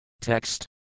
Text (